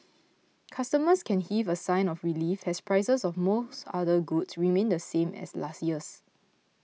customers can heave a sigh of relief as prices of most other goods remain the same as last year's